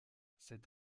cette